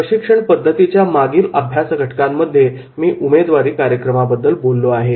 प्रशिक्षण पद्धतींच्या मागील अभ्यास घटकांमध्ये मी उमेदवारी कार्यक्रमाबद्दल बोललो आहे